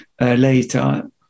later